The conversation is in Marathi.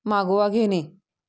मागोवा घेणे